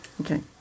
Okay